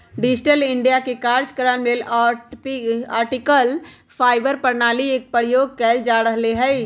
digital India काजक्रम लेल optical fibre प्रणाली एक प्रयोग कएल जा रहल हइ